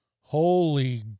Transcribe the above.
holy